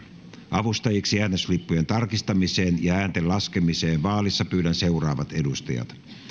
avustajiksi äänestyslippujen tarkastamiseen ja äänten laskemiseen vaalissa pyydän seuraavat edustajat